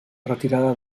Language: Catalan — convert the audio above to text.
retirada